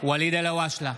ואליד אלהואשלה,